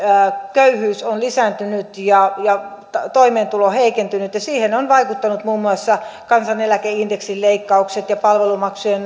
köyhyys on lisääntynyt ja ja toimeentulo heikentynyt siihen ovat vaikuttaneet muun muassa kansaneläkeindeksin leikkaukset ja palvelumaksujen